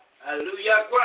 Hallelujah